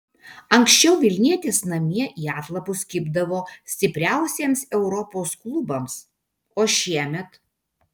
anksčiau vilnietės namie į atlapus kibdavo stipriausiems europos klubams o šiemet